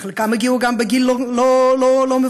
וחלקם הגיעו גם בגיל לא מבוגר,